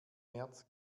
märz